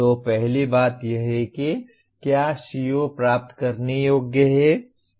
तो पहली बात यह है कि क्या CO प्राप्त करने योग्य है